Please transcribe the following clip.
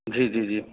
جی جی جی